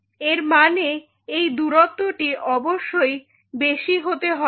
এর মানে এই দূরত্ব টি অবশ্যই বেশি হতে হবে